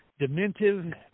dementive